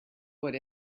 wood